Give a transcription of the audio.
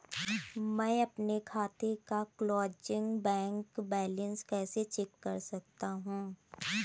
मैं अपने खाते का क्लोजिंग बैंक बैलेंस कैसे चेक कर सकता हूँ?